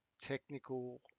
technical